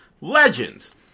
legends